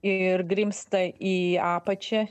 ir grimzta į apačią